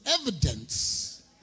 evidence